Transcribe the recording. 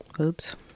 Oops